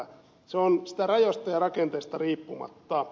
se on sitä rajoista ja rakenteista riippumatta